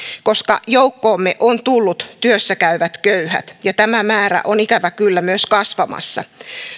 koska joukkoomme ovat tulleet työssä käyvät köyhät ja tämä määrä on ikävä kyllä myös kasvamassa